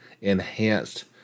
enhanced